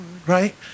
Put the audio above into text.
right